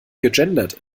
gegendert